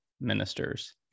ministers